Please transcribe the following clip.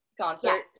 concert